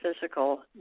physical